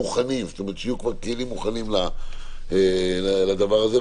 ושיהיו כבר כלים מוכנים לדבר הזה,